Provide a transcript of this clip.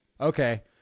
Okay